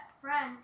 friend